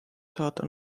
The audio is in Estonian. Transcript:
saada